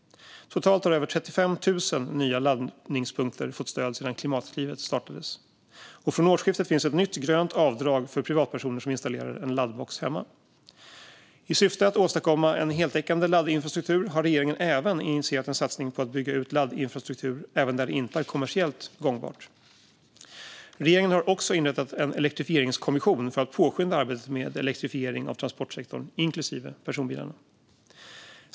Totalt har över 35 000 nya laddpunkter fått stöd sedan Klimatklivet startades. Och från årsskiftet finns ett nytt grönt avdrag för privatpersoner som installerar en laddbox hemma. I syfte att åstadkomma en heltäckande laddinfrastruktur har regeringen även initierat en satsning på att bygga ut laddinfrastruktur även där det inte är kommersiellt gångbart. Regeringen har också inrättat Elektrifieringskommissionen för att påskynda arbetet med elektrifiering av transportsektorn, inklusive personbilarna.